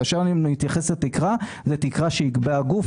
כאשר אני מתייחס לתקרה, זאת תקרה שיקבע הגוף.